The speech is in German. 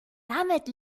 damit